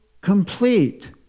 complete